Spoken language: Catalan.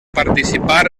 participar